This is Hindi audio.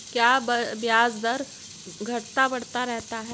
क्या ब्याज दर घटता बढ़ता रहता है?